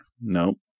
Nope